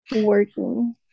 working